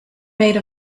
made